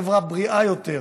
לחברה בריאה יותר,